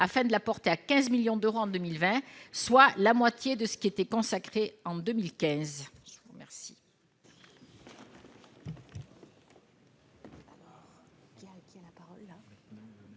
afin de la porter à 15 millions d'euros en 2020, soit la moitié de ce qui était consacré en 2015, je vous remercie.